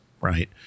right